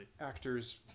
Actors